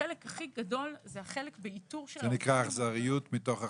החלק הכי גדול זה החלק באיתור --- זה נקרא אכזריות מתוך רחמים.